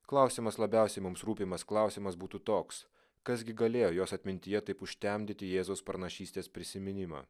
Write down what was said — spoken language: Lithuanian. klausiamas labiausiai mums rūpimas klausimas būtų toks kas gi galėjo jos atmintyje taip užtemdyti jėzus pranašystės prisiminimą